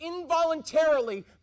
involuntarily